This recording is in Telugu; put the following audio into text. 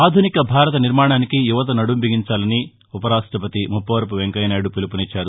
ఆధునిక భారత నిర్మాణానికి యువత నడుం బీగించాలని ఉప రాష్టపతి ముప్పవరపు వెంకయ్యనాయుడు పిలుపునిచ్చారు